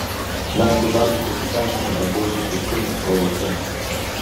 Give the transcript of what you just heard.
mes tuo tarpu pasistengsime apdeitinti skinus projekte